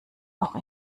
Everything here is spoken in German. auch